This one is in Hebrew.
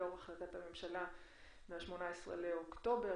לאור החלטת הממשלה מתאריך 18 באוקטובר